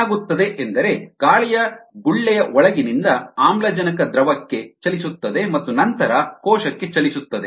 ಏನಾಗುತ್ತದೆ ಎಂದರೆ ಗಾಳಿಯ ಗುಳ್ಳೆಯ ಒಳಗಿನಿಂದ ಆಮ್ಲಜನಕ ದ್ರವಕ್ಕೆ ಚಲಿಸುತ್ತದೆ ಮತ್ತು ನಂತರ ಕೋಶಕ್ಕೆ ಚಲಿಸುತ್ತದೆ